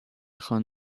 خوان